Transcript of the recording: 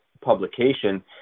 publication